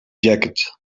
jacket